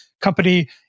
company